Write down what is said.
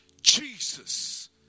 Jesus